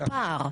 פער.